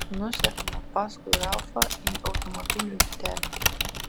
nusekame paskui ralfą į automobilių aikštelę